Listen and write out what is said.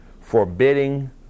forbidding